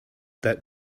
that